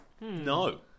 no